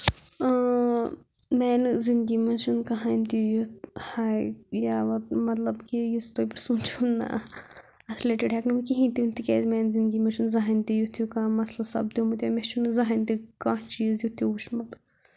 میانہِ زندگی منٛز چھُنہٕ کٔہٕنۍ تہِ یُتھ ۂے یا مطلب کہ یُس تۄہہِ پرٛژھمُت چھُو نہ اَتھ رلیٹِڑ ہٮ۪کہٕ نہٕ بہٕ کِہیٖنۍ تہِ ؤنِتھ تِکیٛازِ میانہِ زندگی منٛز چھُنہٕ زٕہٕنۍ تہِ یُتھ ہیٚوٗ کانٛہہ مسلہٕ سپدیومُت یا مےٚ چھُنہٕ زٕہٕنۍ تہِ کانٛہہ چیٖز یُتھ ہیٚوٗ وُچھمُت